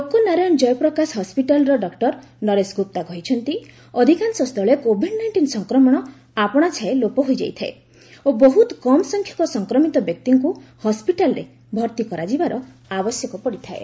ଲୋକନାରାୟଣ ଜୟପ୍ରକାଶ ହସ୍କିଟାଲର ଡକୁର ନରେଶ ଗୁପ୍ତା କହିଛନ୍ତି ଅଧିକାଂଶ ସ୍ଥଳେ କୋଭିଡ ନାଇଣ୍ଟିନ୍ ସଂକ୍ରମଣ ଆପଣାଛାଏଁ ଲୋପ ହୋଇଯାଇଥାଏ ଓ ବହୁତ କମ୍ ସଂଖ୍ୟକ ସଂକ୍ରମିତ ବ୍ୟକ୍ତିଙ୍କୁ ହସ୍କିଟାଲରେ ଭର୍ତ୍ତି କରାଯିବାର ଆବଶ୍ୟକ ପଡିଥାଏ